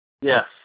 Yes